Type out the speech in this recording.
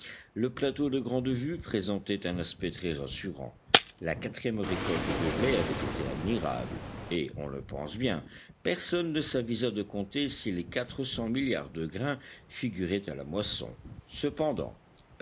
le plateau de grandevue présentait un aspect très rassurant la quatrième récolte de blé avait été admirable et on le pense bien personne ne s'avisa de compter si les quatre cents milliards de grains figuraient à la moisson cependant